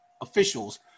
officials